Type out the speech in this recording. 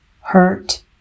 hurt